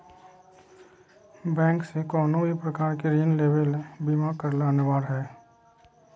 bank से कउनो भी प्रकार के ऋण लेवे ले बीमा करला अनिवार्य हय